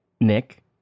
Nick